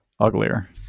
Uglier